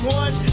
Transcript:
one